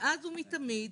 מאז ומתמיד